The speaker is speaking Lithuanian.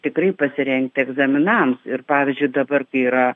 tikrai pasirengti egzaminams ir pavyzdžiui dabar kai yra